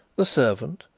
the servant,